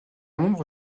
nombre